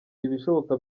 ibishoboka